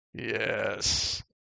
Yes